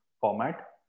format